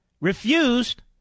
refused